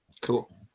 Cool